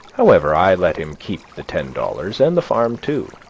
however, i let him keep the ten dollars and the farm too,